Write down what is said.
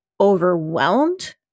overwhelmed